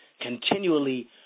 continually